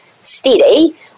steady